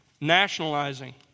Nationalizing